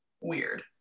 weird